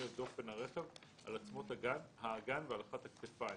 לדופן הרכב על עצמות האגן ועל אחת הכתפיים.